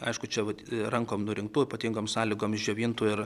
aišku čia vat rankom nurinktų ypatingom sąlygoms išdžiovintų ir